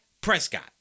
Prescott